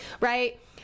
right